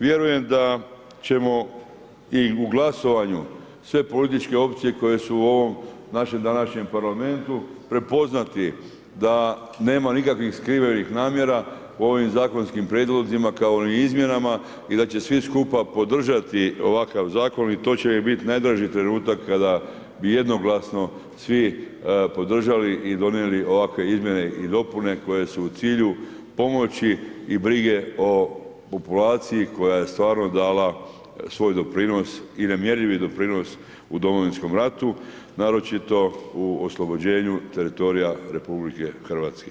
Vjerujem da ćemo i u glasovanju sve političke opcije, koje su u ovom našem današnjem parlamentu, prepoznati da nema nikakvih skrivenih namjera u ovim zakonskim prijedlozima kao ni izmjenama i da će svi skupa podržati ovakav zakon i to će mi biti najdraži trenutka, kada bi jednoglasno svi podržali i donijeli ovakve izmjene i dopune koje su u cilju pomoći i brige o populaciji, koja je stvarno dala svoj doprinos i nemjerljivi doprinos u Domovinskom ratu, naročito u oslobođenju teritorija RH.